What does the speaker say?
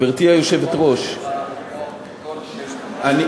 גברתי היושבת-ראש, הקול,